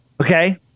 Okay